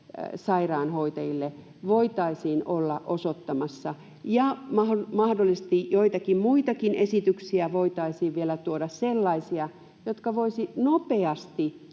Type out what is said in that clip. sairaanhoitajille, voitaisiin olla osoittamassa ja mahdollisesti joitakin muitakin esityksiä voitaisiin vielä tuoda, sellaisia, jotka voisivat nopeasti